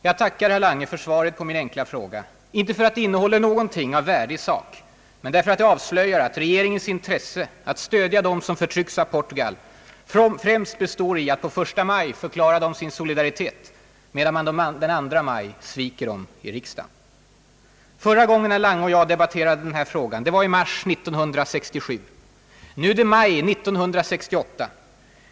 Jag tackar herr Lange för svaret på min enkla fråga — inte därför att det innehåller någonting av värde i sak men därför att det avslöjar att regeringens intresse att stödja dem som förtrycks av Portugal främst består i att den 1 maj förklara dem sin solidaritet, medan man den 2 maj sviker dem i riksdagen. Förra gången herr Lange och jag debatterade den här frågan var i mars 1967. Nu är det maj 1968.